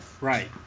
Right